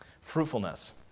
Fruitfulness